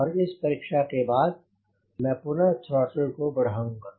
और इस परीक्षा के बाद मैं पुनः थ्रोटल को बढ़ाऊंगा